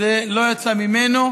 שזה לא יצא ממנו.